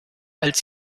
als